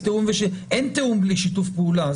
אין תיאום בלי שיתוף פעולה.